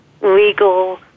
legal